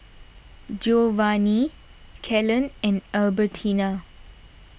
Giovanni Kalen and Albertina